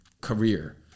career